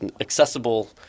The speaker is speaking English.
accessible